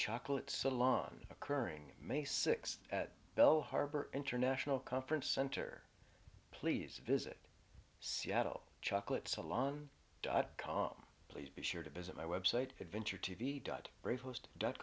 chocolate salon occurring may sixth at belle harbor international conference center please visit seattle chocolate salon dot com please be sure to visit my website adventure t v dot